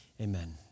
Amen